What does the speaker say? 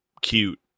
cute